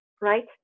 right